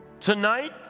tonight